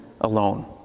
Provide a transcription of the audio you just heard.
alone